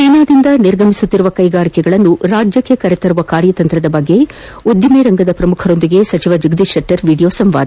ಚ್ಯೆನಾದಿಂದ ನಿರ್ಗಮಿಸುತ್ತಿರುವ ಕೈಗಾರಿಕೆಗಳನ್ನು ರಾಜ್ಯಕ್ಷೆ ಕರೆತರುವ ಕಾರ್ಯತಂತ್ರ ಕುರಿತು ಉದ್ದಮರಂಗದ ಪ್ರಮುಖರೊಂದಿಗೆ ಸಚಿವ ಜಗದೀಶ್ ಶೆಟ್ಟರ್ ವಿಡಿಯೋ ಸಂವಾದ